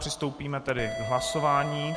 Přistoupíme tedy k hlasování.